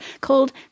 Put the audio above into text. called